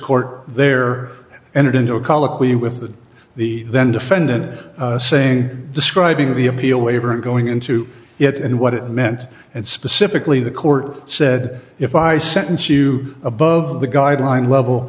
court there entered into a colloquy with the then defendant saying describing the appeal waiver and going into it and what it meant and specifically the court said if i sentence you above the guideline level